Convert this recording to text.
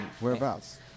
Whereabouts